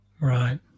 Right